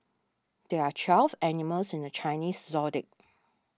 there are twelve animals in the Chinese zodiac